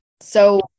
So-